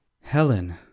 Helen